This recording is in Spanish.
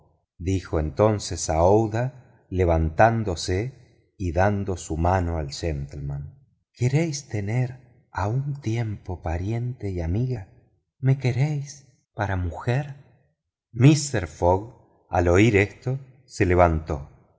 dijo entonces aouida levantándose y dando su mano al gentleman queréis tener a un tiempo pariente y amiga me queréis para mujer mister fogg al oír esto se levantó